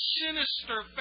sinister